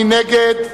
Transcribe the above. מי נגד?